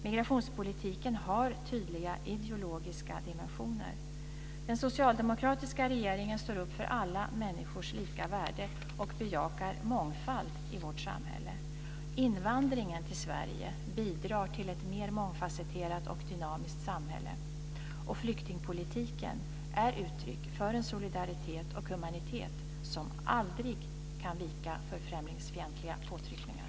Migrationspolitiken har tydliga ideologiska dimensioner. Den socialdemokratiska regeringen står upp för alla människors lika värde och bejakar mångfald i samhället. Invandringen till Sverige bidrar till ett mer mångfasetterat och dynamiskt samhälle. Och flyktingpolitiken är uttryck för en solidaritet och humanitet som aldrig kan vika för främlingsfientliga påtryckningar.